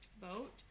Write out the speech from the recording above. vote